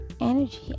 Energy